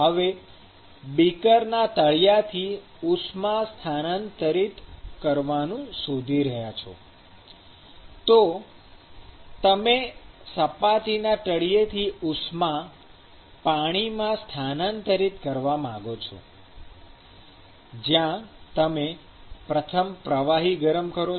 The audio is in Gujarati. હવે બીકરના તળિયાથી ઉષ્મા સ્થાનાંતરિત કરવાનું શોધી રહ્યા છો તો તમે સપાટીના તળિયેથી ઉષ્મા પાણીમાં સ્થાનાંતરિત કરવા માંગો છો જ્યાં તમે પ્રથમ પ્રવાહી ગરમ કરો છો